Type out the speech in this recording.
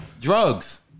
Drugs